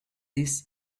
this